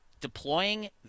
deploying